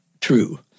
true